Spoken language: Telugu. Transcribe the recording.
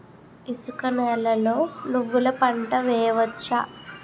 ఇసుక నేలలో నువ్వుల పంట వేయవచ్చా?